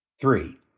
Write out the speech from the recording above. Three